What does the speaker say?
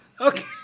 Okay